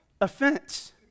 Offense